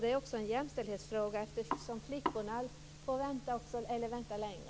Det är ju också en jämställdhetsfråga, eftersom flickorna väntar längre.